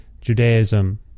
Judaism